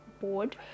board